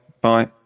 bye